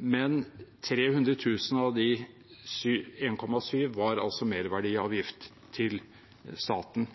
men 300 000 av de 1,7 mill. kr var altså merverdiavgift til staten.